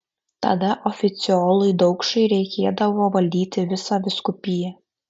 tada oficiolui daukšai reikėdavo valdyti visą vyskupiją